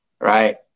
Right